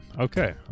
Okay